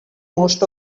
most